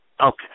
Okay